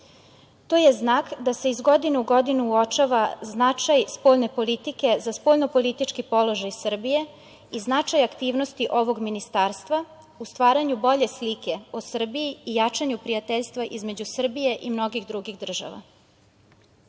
je znak da se iz godine u godinu uočava značaj spoljne politike za spoljnopolitički položaj Srbije i značaj aktivnosti ovog ministarstva u stvaranju bolje slike o Srbiji i jačanju prijateljstva između Srbije i mnogih drugih država.Za